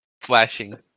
Flashing